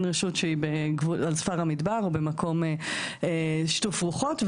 רשות שהיא על שפת המדבר במקום שטוף רוחות,